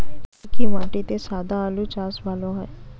কি কি মাটিতে সাদা আলু চাষ ভালো হয়?